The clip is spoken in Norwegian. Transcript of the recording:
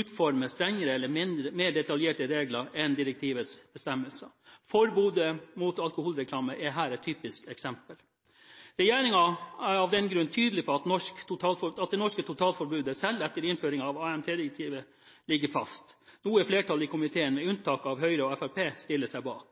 utforme strengere eller mer detaljerte regler enn direktivets bestemmelser. Forbudet mot alkoholreklame er her et typisk eksempel. Regjeringen er av den grunn tydelig på at det norske totalforbudet selv etter innføringen av AMT-direktivet ligger fast, noe flertallet i komiteen – med unntak